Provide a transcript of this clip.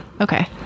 Okay